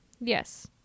Yes